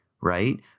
right